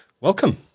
Welcome